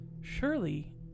surely